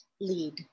lead